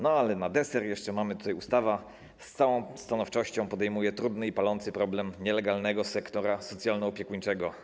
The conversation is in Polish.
Na deser jeszcze mamy tutaj: Ustawa z całą stanowczością podejmuje trudny i palący problem nielegalnego sektora socjalno-opiekuńczego.